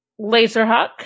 Laserhawk